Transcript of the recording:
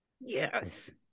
Yes